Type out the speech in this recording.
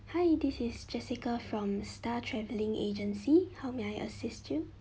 hi this is jessica from star travelling agency how may I assist you